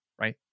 right